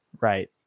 Right